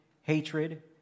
hatred